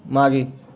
मागे